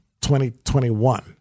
2021